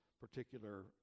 particular